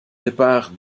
départ